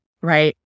Right